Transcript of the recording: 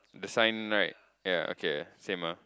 the sign right ya okay same ah